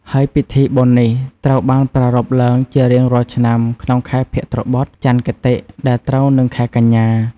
ហើយពិធីបុណ្យនេះត្រូវបានប្រារព្ធឡើងជារៀងរាល់ឆ្នាំក្នុងខែភទ្របទ ចន្ទគតិ ដែលត្រូវនឹងខែកញ្ញា។